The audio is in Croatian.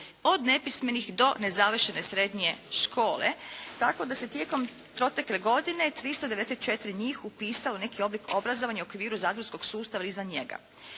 od nepismenih do nezavršene srednje škole. Tako da se tijekom protekle godine 394 njih upisalo u neki oblik obrazovanja u okviru zatvorskog sustava ili izvan njega.